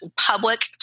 public